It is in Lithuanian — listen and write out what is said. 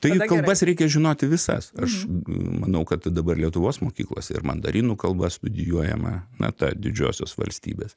tai kalbas reikia žinoti visas aš manau kad dabar lietuvos mokyklose ir mandarinų kalba studijuojama na ta didžiosios valstybės